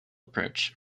approach